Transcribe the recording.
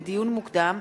לדיון מוקדם: